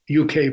UK